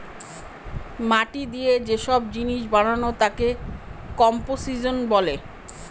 মাটি দিয়ে যে সব জিনিস বানানো তাকে কম্পোসিশন বলে